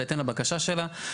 בהתאם לבקשה שלה.